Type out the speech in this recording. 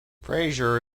fraser